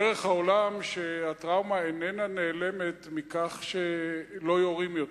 דרך העולם שהטראומה איננה נעלמת מכך שלא יורים יותר.